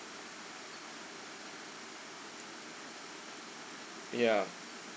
ya